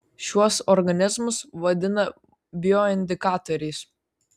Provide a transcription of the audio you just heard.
šiuos organizmus vadina bioindikatoriais